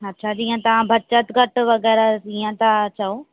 अच्छा जीअं तव्हां बचति घटि वग़ैरह जीअं तव्हां चओ